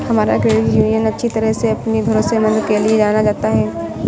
हमारा credit union अच्छी तरह से अपनी भरोसेमंदता के लिए जाना जाता है